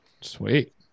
Sweet